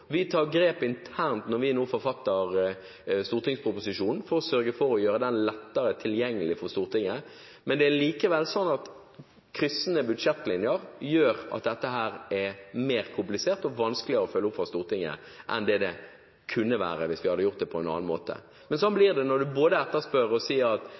Vi tar grep internt når vi nå forfatter stortingsproposisjonen, for å sørge for å gjøre den lettere tilgjengelig for Stortinget. Det er likevel slik at kryssende budsjettlinjer gjør at dette er mer komplisert og vanskeligere å følge opp for Stortinget enn det kunne være, hvis vi hadde gjort det på en annen måte. Men slik blir det når en bare etterspør og sier at